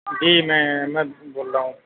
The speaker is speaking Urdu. جی میں احمد بول رہا ہوں